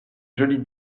jolie